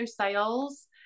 sales